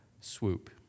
swoop